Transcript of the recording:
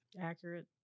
accurate